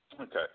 Okay